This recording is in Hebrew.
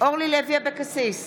אורלי לוי אבקסיס,